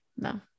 no